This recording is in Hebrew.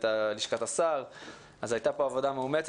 של לשכת השר והייתה פה עבודה מאומצת,